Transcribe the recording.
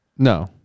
No